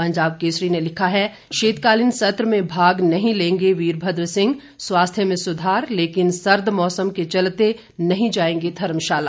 पंजाब केसरी ने लिखा है शीतकालीन सत्र में भाग नहीं लेंगे वीरभद्र सिंह स्वास्थ्य में सुधार लेकिन सर्द मौसम के चलते नहीं जाएंगे धर्मशाला